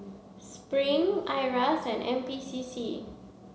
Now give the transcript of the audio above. Spring IRAS and N P C C